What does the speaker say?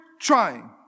trying